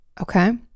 Okay